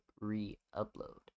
re-upload